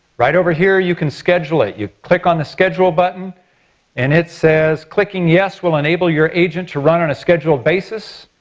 right over here you can schedule it. you click on the schedule button and it says clicking yes will enable your agent to run on a scheduled basis.